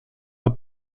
are